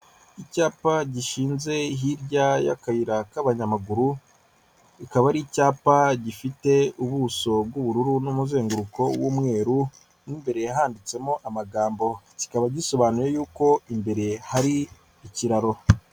Icyapa gishinze hirya y'akayira k'abanyamaguru cyikaba ari icyapa gifite ubuso bw'ubururu n'umuzenguruko w'umweru m'imbere handitsemo amagambo kikaba gisobanuye yuko imbere hari ikiraro.